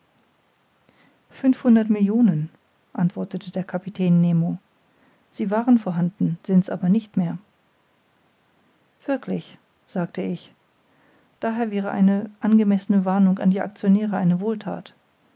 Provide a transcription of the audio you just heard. fünfhundert millionen erwiderte der kapitän nemo sie waren vorhanden sind's aber nicht mehr wirklich sagte ich daher wäre eine angemessene warnung an die actionäre eine wohlthat